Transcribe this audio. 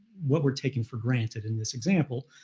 what we're taking for granted in this example,